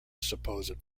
supposed